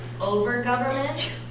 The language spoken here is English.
over-government